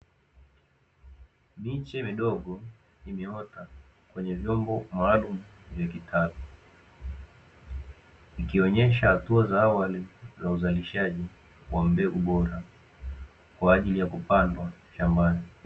Miche midogo imeota kwenye vyombo maalumu vya kitalu, ikionyesha hatua za awali za uzalishaji wa mbegu bora kwa ajili ya kupandwa shambani.